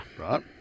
Right